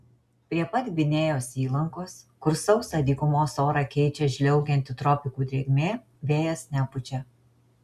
prie pat gvinėjos įlankos kur sausą dykumos orą keičia žliaugianti tropikų drėgmė vėjas nepučia